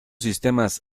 sistemas